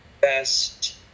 best